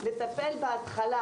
לטפל בהתחלה,